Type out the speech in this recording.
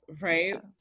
right